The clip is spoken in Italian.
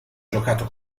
giocato